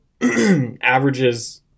averages –